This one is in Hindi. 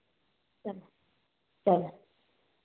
अच्छा